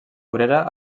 obrera